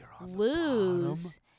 lose